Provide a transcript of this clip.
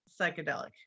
psychedelic